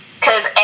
Cause